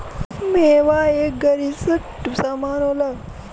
मेवा एक गरिश्ट समान होला